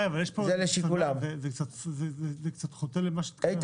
זה קצת חוטא למה שאמרת.